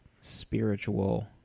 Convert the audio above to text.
spiritual